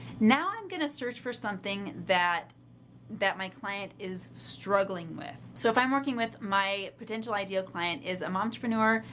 now i'm going to search for something that that my client is struggling with so if i'm working with my potential ideal client as a momtrepreneur,